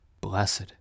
Blessed